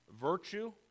Virtue